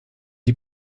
die